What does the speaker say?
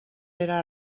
era